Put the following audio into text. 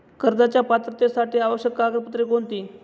कर्जाच्या पात्रतेसाठी आवश्यक कागदपत्रे कोणती?